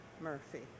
Murphy